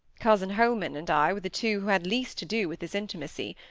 cousin holman and i were the two who had least to do with this intimacy.